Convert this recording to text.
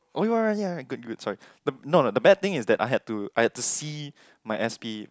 good good sorry no no the bad thing is that I had to I had to see my S_P